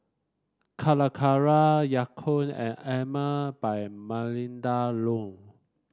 Calacara Ya Kun and Emel by Melinda Looi